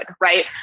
Right